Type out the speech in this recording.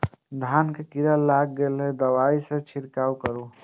धान में कीरा लाग गेलेय कोन दवाई से छीरकाउ करी?